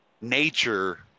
nature